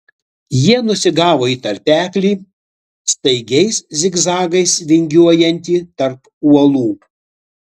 jie nusigavo į tarpeklį staigiais zigzagais vingiuojantį tarp uolų